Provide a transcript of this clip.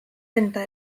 enda